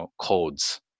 codes